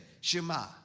Shema